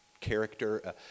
character